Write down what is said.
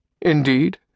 Indeed